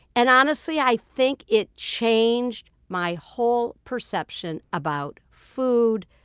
and honestly, i think it changed my whole perception about food,